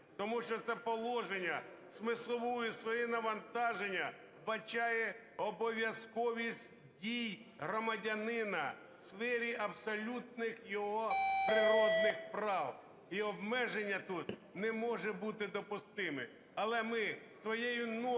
тому що це положення смислове своє навантаження вбачає - обов'язковість дій громадянина в сфері абсолютних його природних прав. І обмеження тут не можуть бути допустимі. Але ми своєю нормою